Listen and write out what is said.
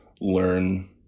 learn